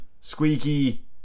squeaky